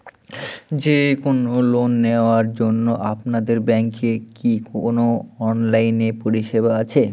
যে কোন লোন নেওয়ার জন্য আপনাদের ব্যাঙ্কের কি কোন অনলাইনে পরিষেবা আছে?